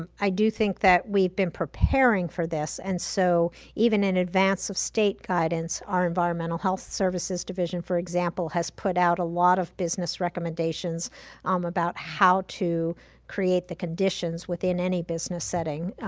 um i do think that we've been preparing for this. and so even in advance of state guidance, our environmental health services division, for example, has put out a lot of business recommendations um about how to create the conditions within any business setting,